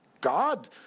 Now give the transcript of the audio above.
God